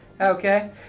Okay